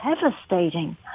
devastating